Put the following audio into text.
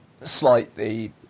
slightly